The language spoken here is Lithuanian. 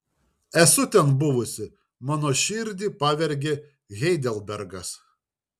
esu ten buvusi mano širdį pavergė heidelbergas